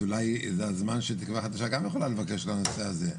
אז אולי זה הזמן שתקווה חדשה גם יכולה לבקש לנושא הזה.